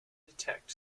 detect